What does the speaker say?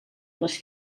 les